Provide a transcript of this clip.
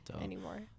anymore